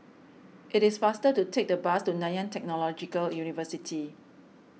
it is faster to take the bus to Nanyang Technological University